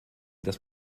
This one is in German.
das